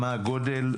אני לא ידעתי מה הגודל,